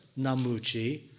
Namuchi